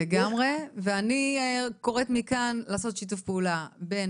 לגמרי ואני קוראת מכאן לעשות שיתוף פעולה בין